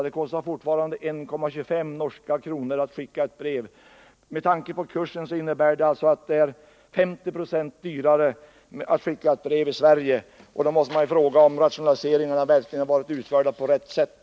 Det kostar fortfarande 1:25 norska kronor att skicka ett brev i Norge. Med tanke på kursen innebär det att det är 50 90 dyrare att skicka brev i Sverige. Då måste man verkligen fråga sig om rationaliseringarna har utförts på ett riktigt sätt.